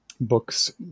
books